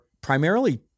primarily